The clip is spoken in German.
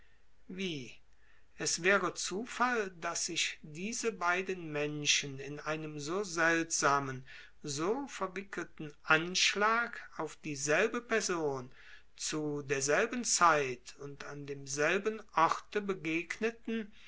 wie es wäre zufall daß sich diese beiden menschen in einem so seltsamen so verwickelten anschlag auf dieselbe person zu derselben zeit und an demselben orte begegneten